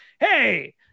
hey